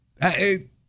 Hey